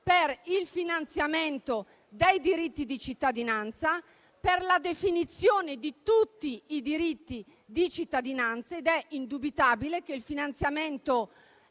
per il finanziamento dei diritti di cittadinanza, per la definizione di tutti i diritti di cittadinanza, ed è indubitabile che il finanziamento